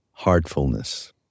heartfulness